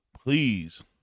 please